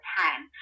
time